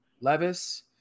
Levis